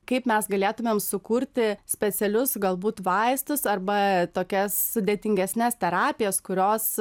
kaip mes galėtumėm sukurti specialius galbūt vaistus arba tokias sudėtingesnes terapijas kurios